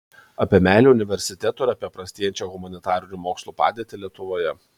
apie meilę universitetui ir apie prastėjančią humanitarinių mokslų padėtį lietuvoje